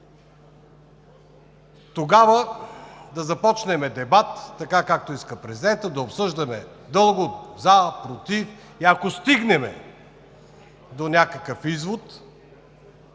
тогава да започнем дебат, така както иска президентът, да обсъждаме дълго, „за“, „против“ и, ако стигнем до някакъв извод,